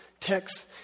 Text